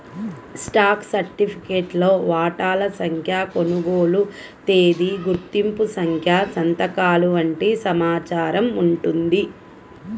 stock సర్టిఫికేట్లో వాటాల సంఖ్య, కొనుగోలు తేదీ, గుర్తింపు సంఖ్య సంతకాలు వంటి సమాచారం ఉంటుంది